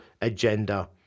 agenda